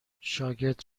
شاگرد